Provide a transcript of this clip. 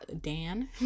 Dan